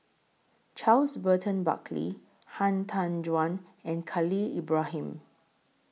Charles Burton Buckley Han Tan Juan and Khalil Ibrahim